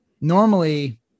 normally